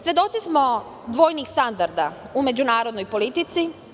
Svedoci smo dvojnih standarda u međunarodnoj politici.